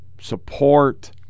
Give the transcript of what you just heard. support